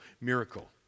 miracle